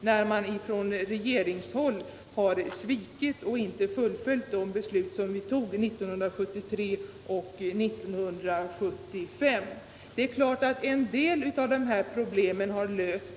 när man från regeringshåll har svikit och inte fullföljt de beslut vi fattade 1973 och 1975. Det är klart att en del av problemen har lösts.